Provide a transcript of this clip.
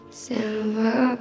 silver